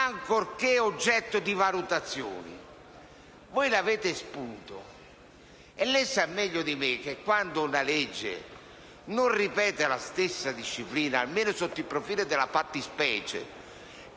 «ancorché oggetto di valutazioni»? Voi l'avete espunto e lei sa meglio di me che, quando una legge non ripete la stessa disciplina, almeno sotto il profilo della fattispecie,